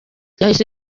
yahise